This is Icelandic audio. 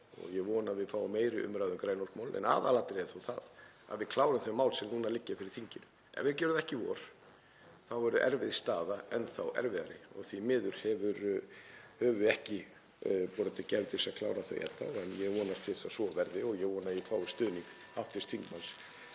og ég vona að við fáum meiri umræðu um grænorkumál. Aðalatriðið er þó það að við klárum þau mál sem núna liggja fyrir þinginu. Ef við gerum það ekki í vor þá verður erfið staða enn þá erfiðari. Því miður höfum við ekki borið gæfu til að klára þau enn þá en ég vonast til að svo verði og ég vona að ég fái stuðning (Forseti